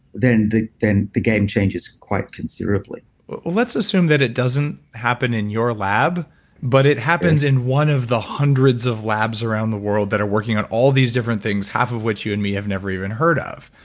then the then the game changes quite considerably let's assume that it doesn't happen in your lab but it happens in one of the hundreds of labs around the world that are working at all these different things half of which you and me i've never even heard of.